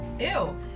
Ew